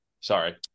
sorry